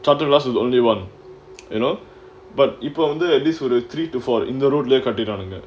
started lasted only one you know but இப்ப வந்து:ippae vanthu at least three to four இந்த:intha road leh கட்டிட்டானுங்க:kattittaanungga